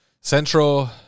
Central